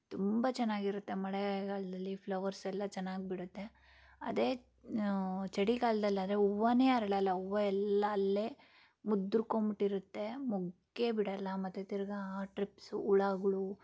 ತುಂಬ ಚೆನ್ನಾಗಿರುತ್ತೆ ಮಳೆಗಾಲದಲ್ಲಿ ಫ್ಲವರ್ಸ್ ಎಲ್ಲ ಚೆನ್ನಾಗಿ ಬಿಡುತ್ತೆ ಅದೇ ಚಳಿಗಾಲದಲ್ಲಾದ್ರೆ ಹೂವಾನೆ ಅರಳೋಲ್ಲ ಹೂವ ಎಲ್ಲ ಅಲ್ಲೇ ಮುದುರ್ಕೊಂಬಿಟ್ಟಿರುತ್ತೆ ಮೊಗ್ಗೇ ಬಿಡೋಲ್ಲ ಮತ್ತು ತಿರ್ಗಿ ಆ ಟ್ರಿಪ್ಸ್ ಹುಳಾಗಳು